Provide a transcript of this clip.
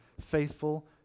faithful